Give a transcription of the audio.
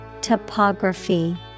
Topography